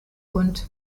und